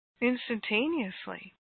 instantaneously